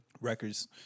Records